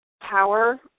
power